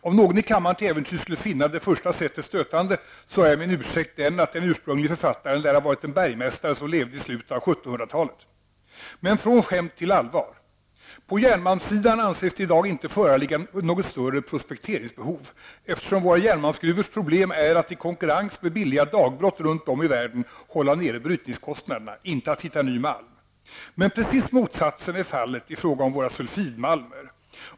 Om någon i kammaren till äventyrs skulle finna det första sättet stötande, är min ursäkt den att den ursprungliga författaren lär ha varit en bergmästare som levde i slutet av 1700-talet. Men från skämt till allvar. På järnmalmssidan anses det i dag inte föreligga något större prospekteringsbehov, eftersom våra järnmalmsgruvors problem är att i konkurrens med billiga dagbrott runt om i världen hålla nere brytningskostnaderna, inte att hitta ny malm. Men precis motsatsen är fallet i fråga om våra sulfidmalmer.